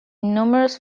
numerous